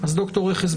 אז ד"ר רכס,